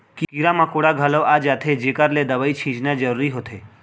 कीरा मकोड़ा घलौ आ जाथें जेकर ले दवई छींचना जरूरी होथे